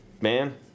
man